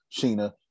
Sheena